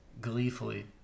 gleefully